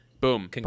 Boom